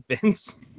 Vince